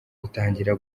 utangira